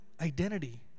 identity